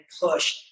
push